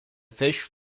fish